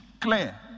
clear